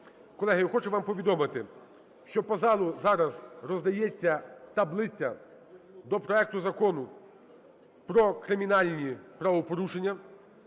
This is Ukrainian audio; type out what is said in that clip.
Колеги, я хочу вам повідомити, що по залу зараз роздається таблиця до проекту Закону про кримінальні правопорушення.